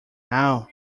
now